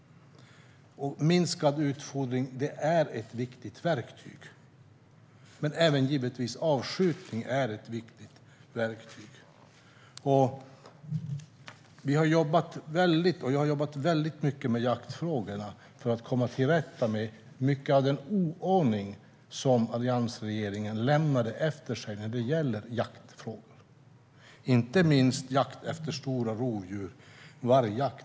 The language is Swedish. Minskad utfodring är ett viktigt verktyg, men det är givetvis även avskjutning. Vi har jobbat mycket med jaktfrågorna för att komma till rätta med mycket av den oordning som Alliansregeringen lämnade efter sig när det gäller jaktfrågor, inte minst jakt efter stora rovdjur.